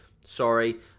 sorry